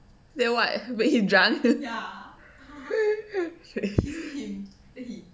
then what make him drunk